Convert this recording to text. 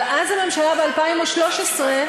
אבל אז, הממשלה, ב-2013,